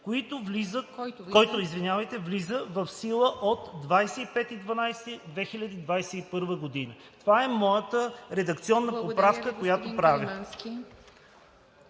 който влиза в сила от 25.12.2021 г.“ Това е моята редакционна поправка, която правя.